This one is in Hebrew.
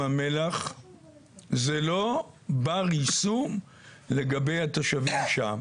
המלח זה לא בר יישום לגבי התושבים שם.